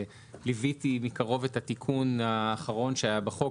ליוויתי מקרוב את התיקון האחרון שהיה בחוק,